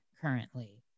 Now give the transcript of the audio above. currently